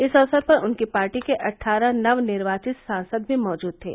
इस अवसर पर उनकी पार्टी के अट्ठारह नव निर्वाचित सांसद भी मौजूद थे